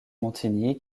montigny